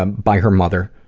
um by her mother.